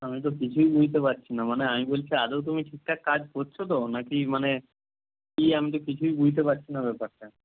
আমি তো কিছুই বুঝতে পারছি না মানে আমি বলছি আদৌ তুমি ঠিকঠাক কাজ করছ তো না কী মানে কী আমি তো কিছুই বুঝতে পারছি না ব্যাপারটা